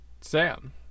Sam